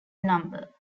number